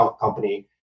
company